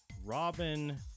Robin